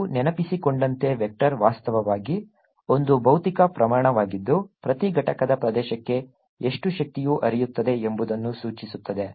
ನೀವು ನೆನಪಿಸಿಕೊಂಡಂತೆ ವೆಕ್ಟರ್ ವಾಸ್ತವವಾಗಿ ಒಂದು ಭೌತಿಕ ಪ್ರಮಾಣವಾಗಿದ್ದು ಪ್ರತಿ ಘಟಕದ ಪ್ರದೇಶಕ್ಕೆ ಎಷ್ಟು ಶಕ್ತಿಯು ಹರಿಯುತ್ತದೆ ಎಂಬುದನ್ನು ಸೂಚಿಸುತ್ತದೆ